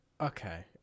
okay